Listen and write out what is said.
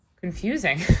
confusing